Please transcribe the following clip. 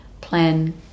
plan